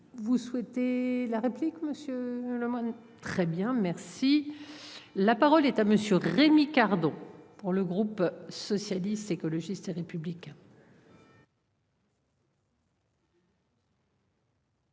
Vous souhaitez la réplique monsieur le Lemoine. Très bien merci. La parole est à monsieur Rémy Cardon. Pour le groupe socialiste, écologiste et républicain.